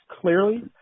clearly